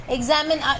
Examine